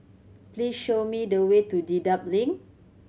please show me the way to Dedap Link